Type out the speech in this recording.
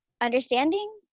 understanding